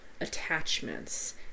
attachments